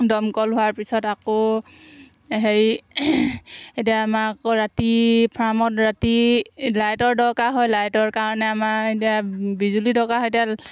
দমকল হোৱাৰ পিছত আকৌ হেৰি এতিয়া আমাক আকৌ ৰাতি ফাৰ্মত ৰাতি লাইটৰ দৰকাৰ হয় লাইটৰ কাৰণে আমাৰ এতিয়া বিজুলী দৰকাৰ হয় এতিয়া